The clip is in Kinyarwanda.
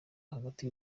hagati